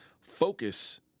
Focus